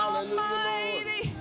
Almighty